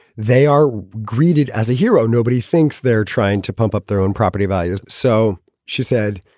they are greeted as a hero. nobody thinks they're trying to pump up their own property values. so she said,